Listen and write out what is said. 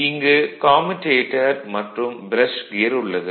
இங்கு கம்யூடேட்டர் மற்றும் brush gear உள்ளது